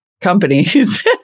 companies